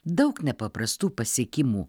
daug nepaprastų pasiekimų